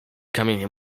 kamienie